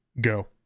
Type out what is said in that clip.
go